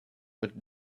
but